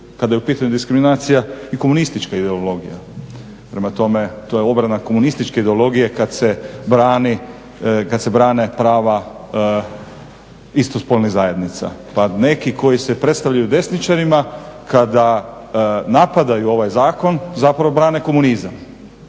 kada je u pitanju diskriminacija i komunistička ideologija. Prema tome, to je obrana komunističke ideologije kad se brane prava istospolnih zajednica, pa neki koji se predstavljaju desničarima kada napadaju ovaj zakon zapravo brane komunizam.